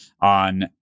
on